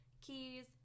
keys